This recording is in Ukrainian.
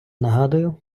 нагадую